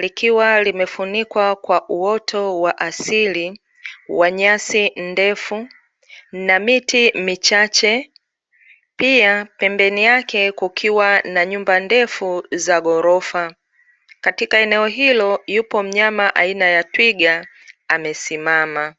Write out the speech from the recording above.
likiwa limefunikwa kwa uoto wa asili wa nyasi ndefu na miti michache, pia pembeni yake kukiwa na nyumba ndefu za ghorofa, katika eneo hilo yupo mnyama aina ya Twiga amesimama.